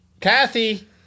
Kathy